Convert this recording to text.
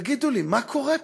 תגידו לי, מה קורה פה?